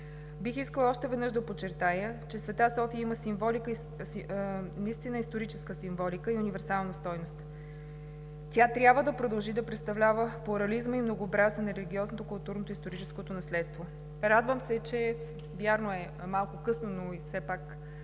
Бих искала още веднъж да подчертая, че „Света София“ има наистина историческа символика и универсална стойност. Тя трябва да продължи да представлява плурализма и многообразието на религиозното, културното и историческото наследство. Радвам се, вярно е, че е малко късно, но все пак